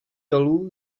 dolů